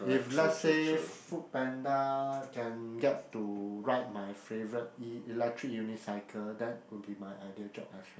if let's say Food Panda can get to ride my favourite e~ electric unicycle that would be my ideal job I feel